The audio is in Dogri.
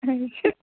नेईं